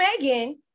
Megan